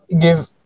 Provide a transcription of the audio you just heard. give